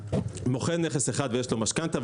מוכר נכס אחד ויש לו משכנתה,